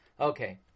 Okay